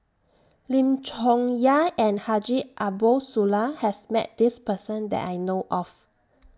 Lim Chong Yah and Haji Ambo Sooloh has Met This Person that I know of